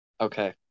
Okay